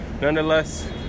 nonetheless